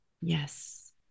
Yes